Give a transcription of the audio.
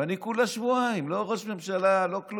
ואני כולה שבועיים בכנסת